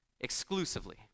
Exclusively